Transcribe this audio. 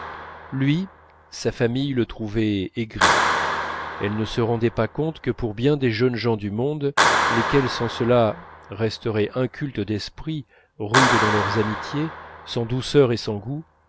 lui sa famille le trouvait aigri elle ne se rendait pas compte que pour bien des jeunes gens du monde lesquels sans cela resteraient incultes d'esprit rudes dans leurs amitiés sans douceur et sans goût